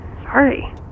Sorry